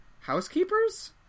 housekeepers